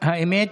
האמת,